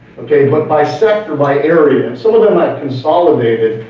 okay but by sector by area, and some of them might consolidated.